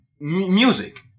music